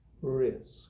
risk